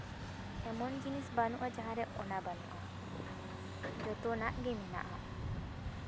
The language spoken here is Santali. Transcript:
ᱮᱢᱚᱱ ᱡᱤᱱᱤᱥ ᱵᱟᱹᱱᱩᱜᱼᱟ ᱡᱟᱦᱟᱸ ᱨᱮ ᱚᱱᱟ ᱵᱟᱹᱱᱩᱜᱼᱟ ᱡᱚᱛᱚᱱᱟᱜ ᱜᱮ ᱢᱮᱱᱟᱜᱼᱟ